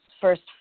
first